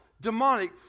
demonic